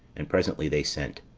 and presently they sent.